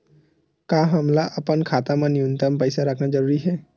का हमला अपन खाता मा न्यूनतम पईसा रखना जरूरी हे?